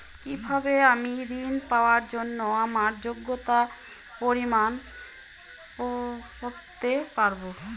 কিভাবে আমি ঋন পাওয়ার জন্য আমার যোগ্যতার পরিমাপ করতে পারব?